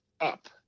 up